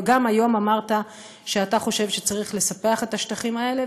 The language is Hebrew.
גם היום אמרת שאתה חושב שצריך לספח את השטחים האלה,